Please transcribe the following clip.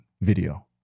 video